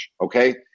okay